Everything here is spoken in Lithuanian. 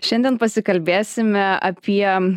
šiandien pasikalbėsime apie